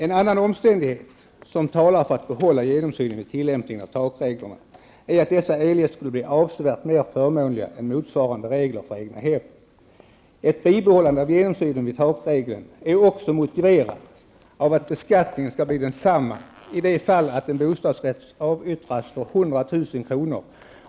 - En annan omständighet som talar för att behålla genomsynen vid tillämpning av takreglerna är att dessa eljest skulle bli avsevärt mer förmånliga än motsvarande regler för egnahem. Ett bibehållande av genomsynen vid takregeln är också motiverat av att beskattningen skall bli densamma i det fallet att en bostadsrätt avyttras för 100 000 kr.